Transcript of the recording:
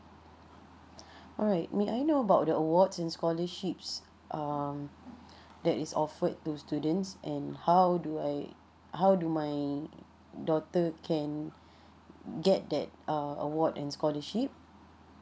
alright may I know about the awards and scholarships um that is offered to students and how do I how do my daughter can get that uh award and scholarship